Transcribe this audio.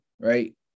Right